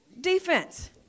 defense